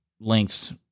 lengths